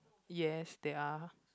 yes there are